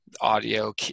audio